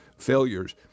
Failures